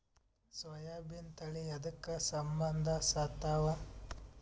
ಸೋಯಾಬಿನ ತಳಿ ಎದಕ ಸಂಭಂದಸತ್ತಾವ?